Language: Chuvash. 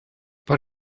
пӗр